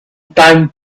time